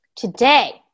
Today